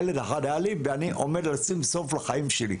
ילד אחד היה לי ואני עומד לשים סוף לחיים שלי.